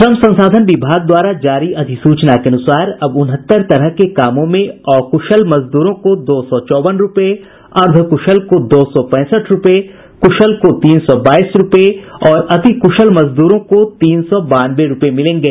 श्रम संसाधन विभाग द्वारा जारी अधिसूचना के अनुसार अब उनहत्तर तरह के कामों में अकुशल मजदूरों को दौ सौ चौवन रूपये अर्द्वकुशल को दो सौ पैंसठ रूपये कुशल को तीन सौ बाईस रूपये और अतिक्शल मजदूरों को तीन सौ बानवे रूपये मिलेंगे